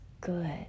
good